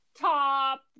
top